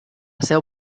seu